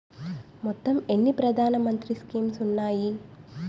మొత్తం ఎన్ని ప్రధాన మంత్రి స్కీమ్స్ ఉన్నాయి?